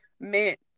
meant